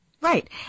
Right